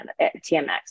TMX